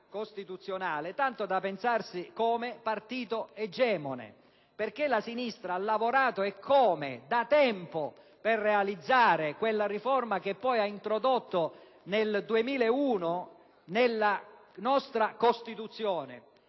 costituzionale, tanto da pensarsi come partito egemone. La sinistra, infatti, ha lavorato - eccome! - da tempo per realizzare la riforma che poi ha introdotto nel 2001 nella nostra Costituzione.